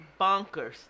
Bonkers